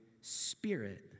Spirit